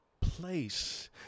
place